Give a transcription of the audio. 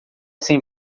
sem